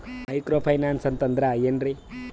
Micro finance ಅಂತಂದ್ರ ಏನ್ರೀ?